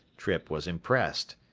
trippe was impressed.